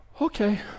Okay